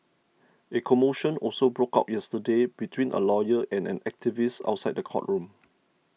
a commotion also broke out yesterday between a lawyer and an activist outside the courtroom